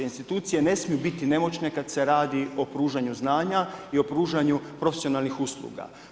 Institucije ne smiju biti nemoćne kada se radi o pružanju znanja i o pružanju profesionalnih usluga.